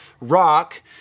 rock